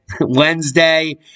Wednesday